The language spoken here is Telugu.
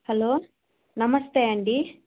హలో నమస్తే అండీ